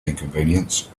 inconvenience